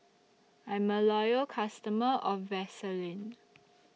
I'm A Loyal customer of Vaselin